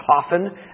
coffin